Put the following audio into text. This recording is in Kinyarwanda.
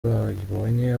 babonye